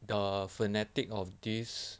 the fanatic of this